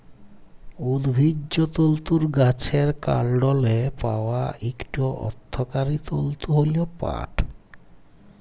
উদ্ভিজ্জ তলতুর গাহাচের কাল্ডলে পাউয়া ইকট অথ্থকারি তলতু হ্যল পাট